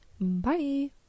Bye